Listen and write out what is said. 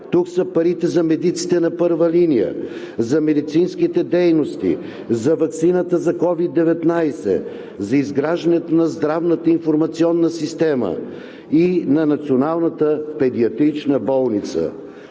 Тук са парите за медиците на първа линия, за медицинските дейности, за ваксината за COVID-19, за изграждането на здравната информационна система и на Националната педиатрична болница.